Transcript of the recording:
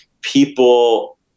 people